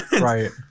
right